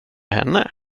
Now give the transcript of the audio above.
henne